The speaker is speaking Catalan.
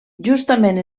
justament